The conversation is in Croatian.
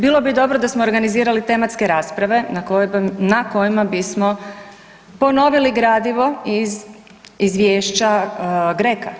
Bilo bi dobro da smo organizirali tematske rasprave na kojima bismo ponovili gradivo iz, iz izvješća GRECO-a.